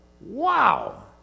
wow